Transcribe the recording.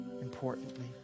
importantly